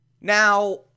Now